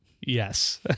Yes